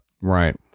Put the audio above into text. Right